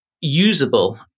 usable